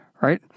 Right